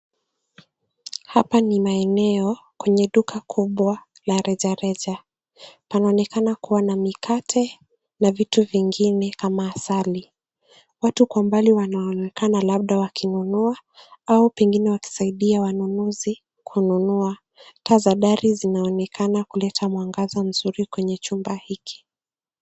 Hapa ni maeneo kwenye duka kubwa la rejareja. Panaonekana kuwa na mikate na vitu vingine kama asali. Watu Kwa umbali wanaonekana labda wakinunua au pengine wakisaidia wanunuzi kununua. Taa za dari zinaonekana kuleta mwangaza mzuri kwenye chumba hiki.